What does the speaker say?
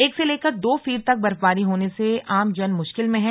एक से लेकर दो फीट तक बर्फबारी होने से आमजन मुश्किल में है